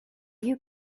you